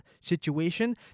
situation